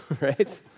Right